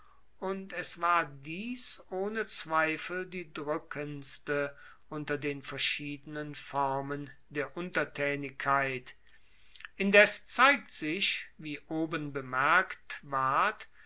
und es war dies ohne zweifel die drueckendste unter den verschiedenen formen der untertaenigkeit indes zeigt sich wie oben bemerkt ward